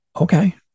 okay